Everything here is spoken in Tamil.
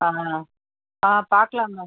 ஆ ஆ பார்க்கலாம் மேம்